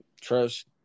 trust